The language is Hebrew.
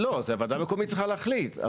אבל זו המציאות שלנו.